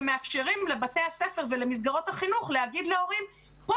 ומאפשרים לבתי הספר ולמסגרות החינוך להגיד להורים: פה